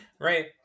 Right